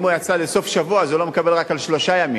אם הוא יצא לסוף שבוע אז הוא לא מקבל רק על שלושה ימים,